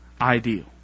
ideal